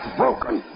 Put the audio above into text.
broken